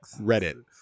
Reddit